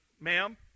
ma'am